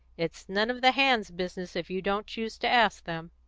it's none of the hands' business if you don't choose to ask them.